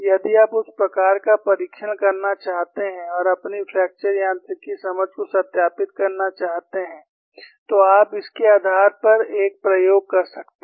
यदि आप उस प्रकार का परीक्षण करना चाहते हैं और अपनी फ्रैक्चर यांत्रिकी समझ को सत्यापित करना चाहते हैं तो आप इसके आधार पर एक प्रयोग कर सकते हैं